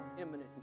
imminent